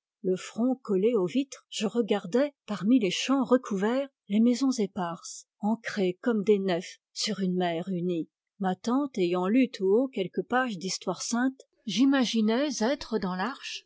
le front collé aux vitres je regardais parmi les champs recouverts les maisons éparses ancrées comme des nefs sur une mer unie ma tante ayant lu tout haut quelques pages d'histoire sainte j'imaginais être dans l'arche